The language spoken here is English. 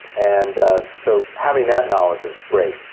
and so, having that knowledge is great,